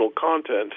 content